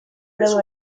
premio